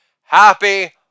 Happy